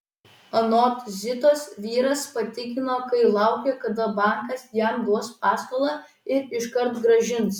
anot zitos vyras patikino kai laukia kada bankas jam duos paskolą ir iškart grąžins